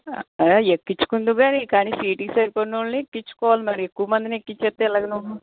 ఆ ఎక్కించుకుందువుగాని కాని సీటుకి సరిపడిన వాళ్ళని ఎక్కించుకోవాలి మరీ ఎక్కువ మందిని ఎక్కించేస్తే ఎలాగ నువ్వు